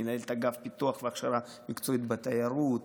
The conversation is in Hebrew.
מנהלת אגף פיתוח והכשרה מקצועית בתיירות.